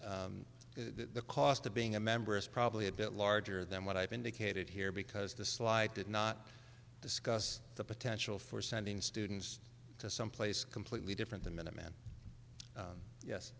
the cost of being a member is probably a bit larger than what i've indicated here because the slide did not discuss the potential for sending students to some place completely different the minutemen